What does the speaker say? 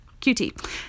QT